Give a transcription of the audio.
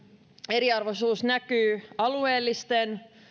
eriarvoisuus näkyy alueellisten